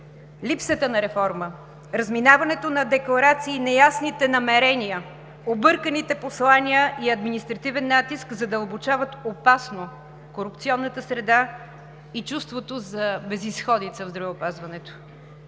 Липсата на реформа, разминаването на декларации, неясните намерения, обърканите послания и административен натиск задълбочават опасно корупционната среда и чувството за безизходица в здравеопазването.